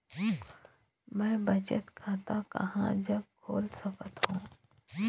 मैं बचत खाता कहां जग खोल सकत हों?